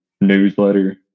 newsletter